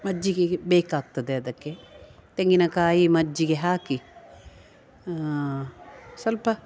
ಮಜ್ಜಿಗೆಗೆ ಬೇಕಾಗ್ತದೆ ಅದಕ್ಕೆ ತೆಂಗಿನಕಾಯಿ ಮಜ್ಜಿಗೆ ಹಾಕಿ ಸ್ವಲ್ಪ